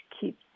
keep